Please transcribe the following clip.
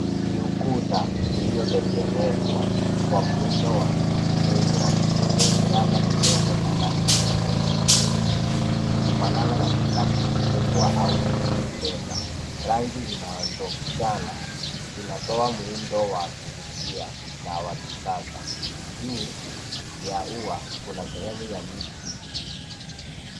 Ni ukuta uliotengenezwa kwa muundo wa kufumwa wenye miraba midogo na rangi nyekundu na nyeupe, ikifanana na kikapu kikubwa au mkeka. Rangi zinazopishana zinatoa muundo wa kuvutia na wa kisasa. Juu ya ua kuna sehemu ya miti.